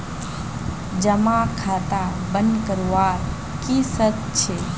जमा खाता बन करवार की शर्त छे?